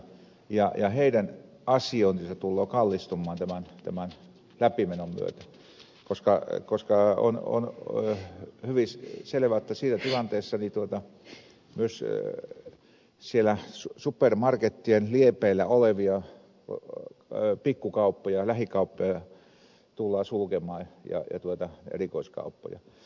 heidän asiointinsa tulee kallistumaan tämän läpimenon myötä koska on hyvin selvä jotta siinä tilanteessa myös siellä supermarkettien liepeillä olevia pikkukauppoja lähikauppoja ja erikoiskauppoja tullaan sulkemaan